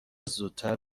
زودتر